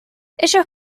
ellos